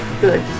good